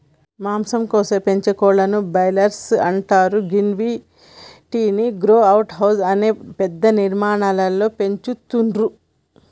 మాంసం కోసం పెంచే కోళ్లను బ్రాయిలర్స్ అంటరు గివ్విటిని గ్రో అవుట్ హౌస్ అనే పెద్ద నిర్మాణాలలో పెంచుతుర్రు